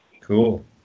Cool